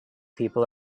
people